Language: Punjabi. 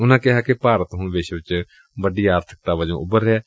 ਉਨਾਂ ਕਿਹਾ ਕਿ ਭਾਰਤ ਹੁਣ ਵਿਸ਼ਵ ਚ ਵੱਡੀ ਆਰਬਿਕਤਾ ਵਜੋ ਉਭਰ ਰਿਹੈ